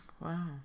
Wow